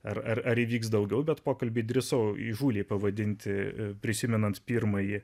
ar ar įvyks daugiau bet pokalbį drįsau įžūliai pavadinti prisimenant pirmąjį